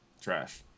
trash